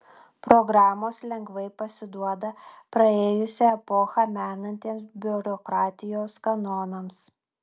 programos lengvai pasiduoda praėjusią epochą menantiems biurokratijos kanonams